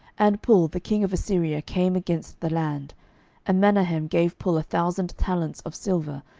and pul the king of assyria came against the land and menahem gave pul a thousand talents of silver,